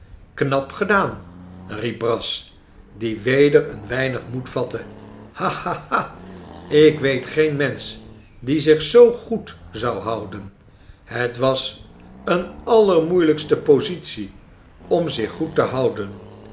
knap gedaan riep brass die weder een weinig moed vatte ha ha ha ik weet geen mensch die zich zoo goed zou houden het was eene allermoeielijkste positie om zich goed te houden